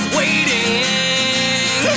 waiting